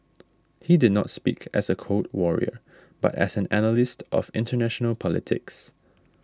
he did not speak as a Cold Warrior but as an analyst of international politics